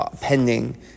pending